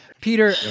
Peter